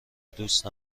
دوست